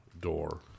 door